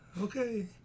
okay